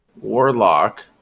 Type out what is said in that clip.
warlock